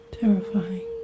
terrifying